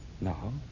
No